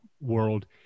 world